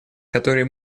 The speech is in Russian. которые